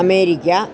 America